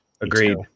agreed